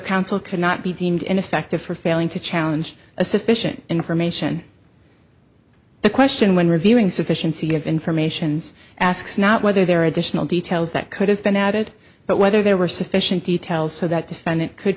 counsel could not be deemed ineffective for failing to challenge a sufficient information the question when reviewing sufficiency of informations asks not whether there are additional details that could have been added but whether there were sufficient details so that defendant could